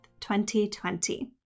2020